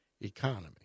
economy